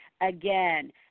Again